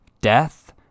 death